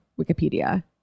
wikipedia